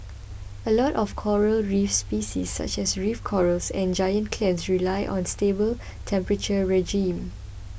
a lot of coral reef species such as reef corals and giant clams rely on a stable temperature regime